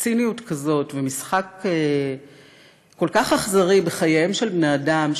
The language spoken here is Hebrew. ציניות כזאת ומשחק כל כך אכזרי בחייהם של בני-אדם,